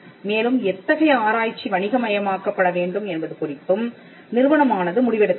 மேலும் எத்தகைய ஆராய்ச்சி வணிகமயமாக்கப்படவேண்டும் என்பது குறித்தும் நிறுவனமானது முடிவெடுக்கலாம்